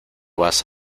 vas